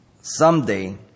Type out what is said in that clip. Someday